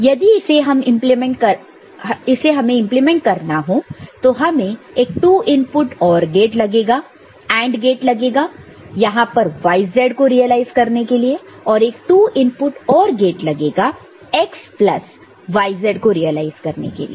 इसी यदि हमें इंप्लीमेंट करना हो तो हमें एक 2 इनपुट AND गेट लगेगा यहां पर yz को रियलाइज करने के लिए और एक 2 इनपुट OR गेट लगेगा x प्लस yz को रियलाइज करने के लिए